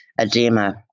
edema